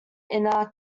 inner